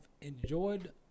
enjoyed